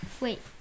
wait